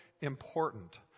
important